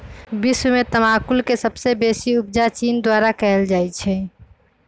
विश्व में तमाकुल के सबसे बेसी उपजा चीन द्वारा कयल जाइ छै